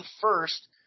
first